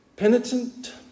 Penitent